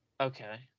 Okay